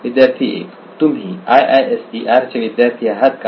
विद्यार्थी 1 तुम्ही IISER चे विद्यार्थी आहात का